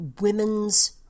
women's